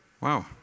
Wow